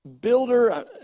builder